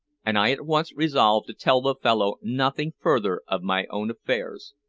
and i at once resolved to tell the fellow nothing further of my own affairs.